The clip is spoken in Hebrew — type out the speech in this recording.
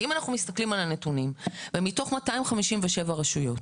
אם אנחנו מסתכלים על הנתונים ומתוך 257 רשויות